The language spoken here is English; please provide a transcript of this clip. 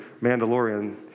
Mandalorian